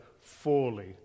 fully